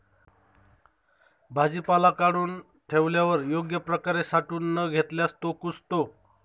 भाजीपाला काढून ठेवल्यावर योग्य प्रकारे साठवून न घेतल्यास तो कुजतो